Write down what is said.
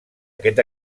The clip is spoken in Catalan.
aquest